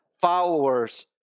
followers